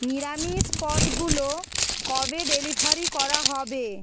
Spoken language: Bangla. নিরামিষ পদগুলো কবে ডেলিভারি করা হবে